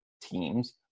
teams